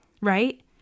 right